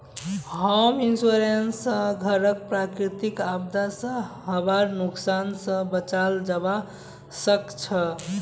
home insurance स घरक प्राकृतिक आपदा स हबार नुकसान स बचाल जबा सक छह